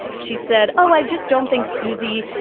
she said, oh, i just don't think susie.